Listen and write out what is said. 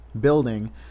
building